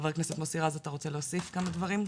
חבר הכנסת מוסי רז, אתה רוצה להוסיף כמה דברים?